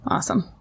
Awesome